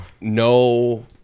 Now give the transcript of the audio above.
no